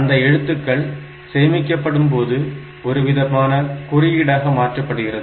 அந்த எழுத்துக்கள் சேமிக்கப்படும்போது ஒருவிதமான குறியீடாக மாற்றப்படுகிறது